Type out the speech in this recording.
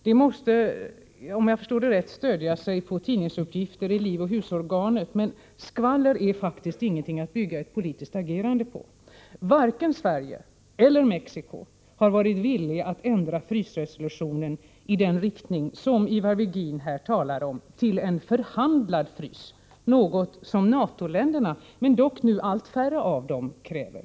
De måste, om jag förstår det rätt, stödja sig på tidningsuppgifter i livoch husorganet, men skvaller är faktiskt ingenting att bygga ett politiskt agerande på. Varken Sverige eller Mexiko har varit villigt att ändra frysresolutionen i den riktning som Ivar Virgin här talar om till att avse en, ”förhandlad frys”, något som NATO-länderna — dock nu allt färre av dem — kräver.